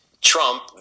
Trump